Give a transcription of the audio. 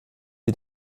sie